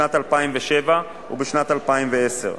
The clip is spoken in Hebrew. בשנת 2007 ובשנת 2010,